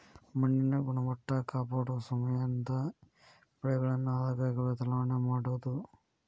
ಮಣ್ಣಿನ ಗುಣಮಟ್ಟಾ ಕಾಪಾಡುಸಮಂದ ಬೆಳೆಗಳನ್ನ ಆಗಾಗ ಬದಲಾವಣೆ ಮಾಡುದು